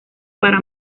para